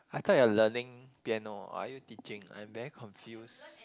I thought you're learning piano or are you teaching I'm very confused